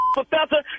professor